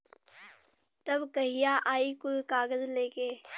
तब कहिया आई कुल कागज़ लेके?